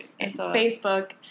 Facebook